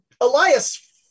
Elias